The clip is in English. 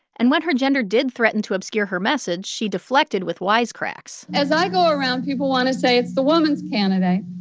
and when her gender did threaten to obscure her message, she deflected with wisecracks as i go around, people want to say it's the woman's candidate.